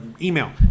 email